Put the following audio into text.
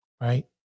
right